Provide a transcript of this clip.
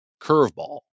curveball